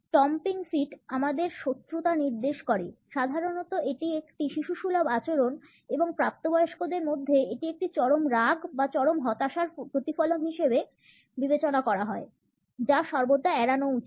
stomping feet আমাদের শত্রুতা নির্দেশ করে সাধারণত এটি একটি শিশুসুলভ আচরণ এবং প্রাপ্তবয়স্কদের মধ্যে এটি একটি চরম রাগ বা চরম হতাশার প্রতিফলন হিসেবে বিবেচনা করা হয় যা সর্বদা এড়ানো উচিত